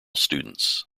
students